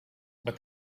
but